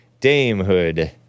Damehood